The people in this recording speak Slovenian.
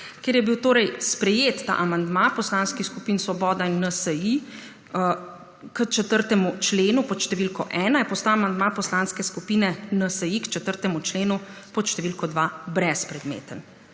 Ker je bil sprejet ta amandma poslanskih skupin Svoboda in NSi k 4. členu pod številko 1 je postal amandma Poslanske skupine NSi k 4. členu pod število 2 brezpredmeten.